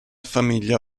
famiglia